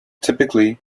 typically